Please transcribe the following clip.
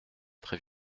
très